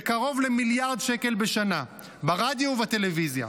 בקרוב למיליון שקל בשנה ברדיו ובטלוויזיה.